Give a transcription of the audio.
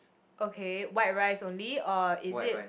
okay white rice only or is it